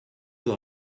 doit